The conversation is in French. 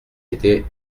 été